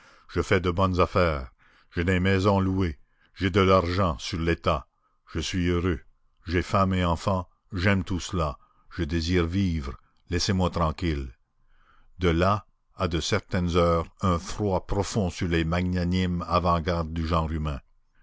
je fais de bonnes affaires j'ai des maisons à louer j'ai de l'argent sur l'état je suis heureux j'ai femme et enfants j'aime tout cela je désire vivre laissez-moi tranquille de là à de certaines heures un froid profond sur les magnanimes avant-gardes